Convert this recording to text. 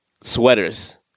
sweaters